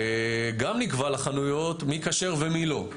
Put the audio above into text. גם נקבע לחנויות מי כשר ומי לא.